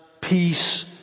peace